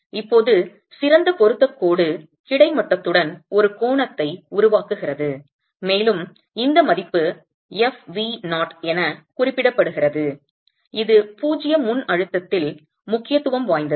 இப்போது சிறந்த பொருத்தக் கோடு கிடைமட்டத்துடன் ஒரு கோணத்தை உருவாக்குகிறது மேலும் இந்த மதிப்பு fv0 என குறிப்பிடப்படுகிறது இது பூஜ்ஜிய முன்அழுத்தத்தில் முக்கியத்துவம் வாய்ந்தது